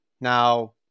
now